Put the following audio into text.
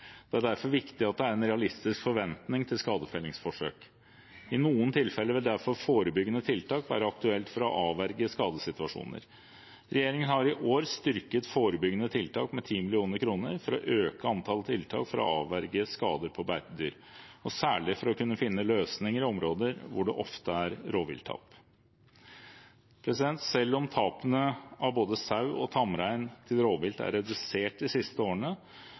Det er derfor viktig at det er en realistisk forventning til skadefellingsforsøk. I noen tilfeller vil derfor forebyggende tiltak være aktuelt for å avverge skadesituasjoner. Regjeringen har i år styrket forebyggende tiltak med 10 mill. kr for å øke antall tiltak for å avverge skader på beitedyr, og særlig for å kunne finne løsninger i områder hvor det ofte er rovvilttap. Selv om tapene av både sau og tamrein til rovvilt er redusert de siste årene,